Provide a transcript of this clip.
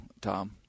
Tom